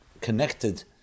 connected